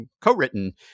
co-written